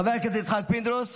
חבר הכנסת יצחק פינדרוס?